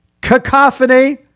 cacophony